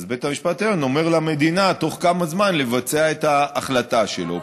אז בית המשפט העליון אומר למדינה בתוך כמה זמן לבצע את ההחלטה שלו.